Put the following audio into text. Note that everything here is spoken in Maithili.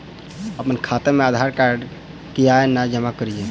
अप्पन खाता मे आधारकार्ड कियाक नै जमा केलियै?